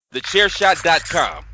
TheChairShot.com